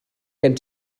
gen